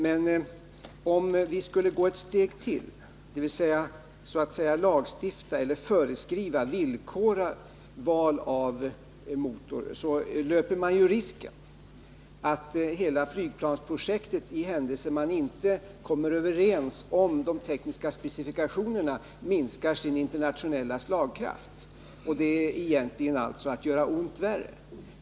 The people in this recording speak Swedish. Men om vi skall gå ett steg till och så att säga lagstifta eller föreskriva och villkora val av motor löper man ju risken att hela flygplansprojektet, i händelse man inte kommer överens om de tekniska specifikationerna, minskar sin internationella slagkraft. Det är egentligen att göra ont värre.